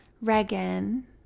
Regan